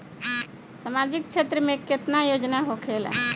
सामाजिक क्षेत्र में केतना योजना होखेला?